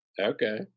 Okay